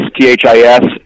T-H-I-S